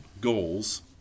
goals